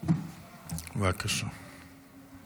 תחשבו